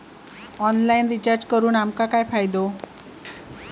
Online recharge करून आमका काय फायदो?